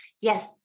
Yes